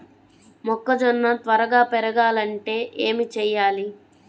మొక్కజోన్న త్వరగా పెరగాలంటే ఏమి చెయ్యాలి?